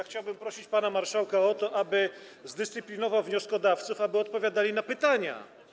Chciałbym prosić pana marszałka o to, aby zdyscyplinował wnioskodawców, aby odpowiadali na pytania.